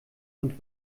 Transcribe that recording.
und